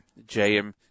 jm